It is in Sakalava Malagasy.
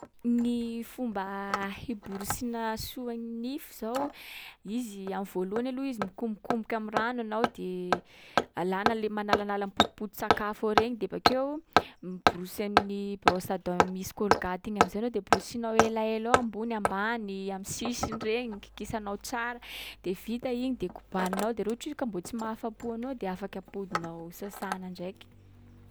Gny fomba hiborosiana soa ny nify zao, izy am'volohany aloha izy mikomokomoky am'rano anao de alana le- manalanala ny potipoti-tsakafo ao regny. De bakeo, miborosy amin’ny brosse à dent misy kolgaty igny am’zay anao de borosianao elaela eo ambony ambany, am'sisiny regny kikisanao tsara. De vita iny de kobaninao, de raha ohatry izy ka mbô tsy mahafa-po anao de afaky ampodinao sasana ndraiky.